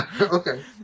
Okay